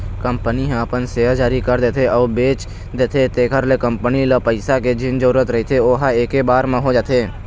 company ह अपन share जारी कर देथे अउ बेच देथे तेखर ले कंपनी ल पइसा के जेन जरुरत रहिथे ओहा ऐके बार म हो जाथे